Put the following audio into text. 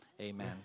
amen